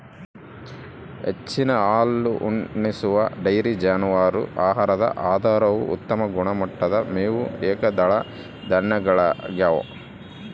ಹೆಚ್ಚಿನ ಹಾಲುಣಿಸುವ ಡೈರಿ ಜಾನುವಾರು ಆಹಾರದ ಆಧಾರವು ಉತ್ತಮ ಗುಣಮಟ್ಟದ ಮೇವು ಏಕದಳ ಧಾನ್ಯಗಳಗ್ಯವ